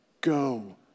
Go